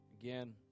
again